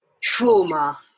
trauma